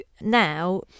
now